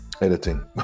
editing